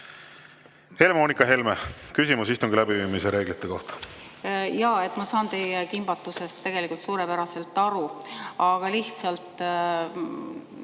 Helle-Moonika Helme, küsimus istungi läbiviimise reeglite kohta! Jaa! Ma saan teie kimbatusest tegelikult suurepäraselt aru, aga lihtsalt